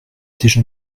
déjà